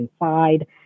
inside